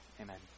Amen